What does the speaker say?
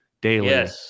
daily